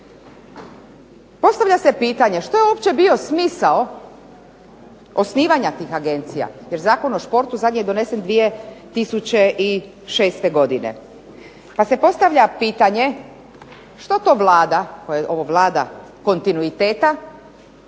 Postavlja se pitanje što je uopće bio smisao osnivanja tih agencija jer Zakon o športu zadnji je donesen 2006. godine. Pa se postavlja pitanje što je to Vlada, ova Vlada kontinuiteta,